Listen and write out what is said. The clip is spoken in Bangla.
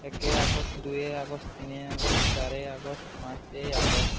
একে আগস্ট দুয়ে আগস্ট তিনে আগস্ট চারে আগস্ট পাঁচে আগস্ট